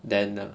then uh